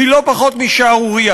היא לא פחות משערורייה.